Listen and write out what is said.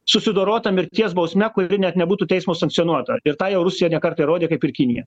susidorota mirties bausme kuri net nebūtų teismo sankcionuota ir tą jau rusija ne kartą įrodė kaip ir kinija